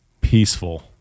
peaceful